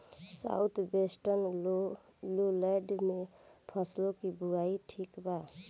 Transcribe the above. South western lowland में फसलों की बुवाई ठीक बा?